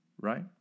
Right